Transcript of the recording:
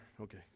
okay